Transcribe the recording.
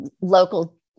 local